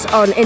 on